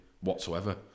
whatsoever